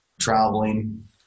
traveling